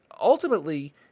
ultimately